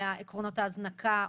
עקרונות ההזנקה,